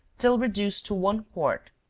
till reduced to one quart,